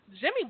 Jimmy